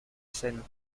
scène